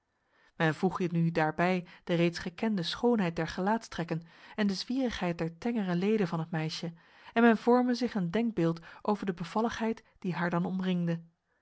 men voege nu daarbij de reeds gekende schoonheid der gelaatstrekken en de zwierigheid der tengere leden van het meisje en men vorme zich een denkbeeld over de bevalligheid die haar dan omringde